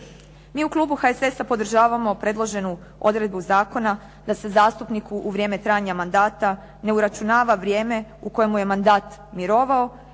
Mi u klubu HSS-a podržavamo predloženu odredbu zakona da se zastupniku u vrijeme trajanja mandata ne uračunava vrijeme u kojemu je mandat mirovao